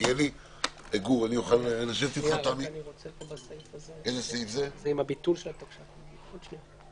פה יש סעיף 39 שדיבר על ביטול של התקנות לשעת